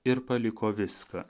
ir paliko viską